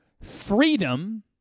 Freedom